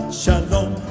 shalom